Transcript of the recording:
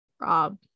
Rob